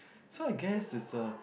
so I guess is a